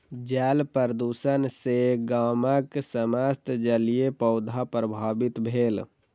जल प्रदुषण सॅ गामक समस्त जलीय पौधा प्रभावित भेल